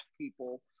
people